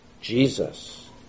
Jesus